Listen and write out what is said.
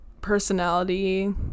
personality